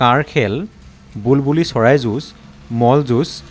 কাঁড় খেল বুলবুলি চৰাইৰ যুঁজ মল যুঁজ